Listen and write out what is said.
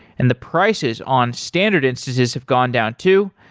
and the prices on standard instances have gone down too.